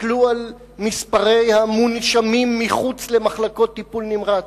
תסתכלו על מספרי המונשמים מחוץ למחלקות טיפול נמרץ.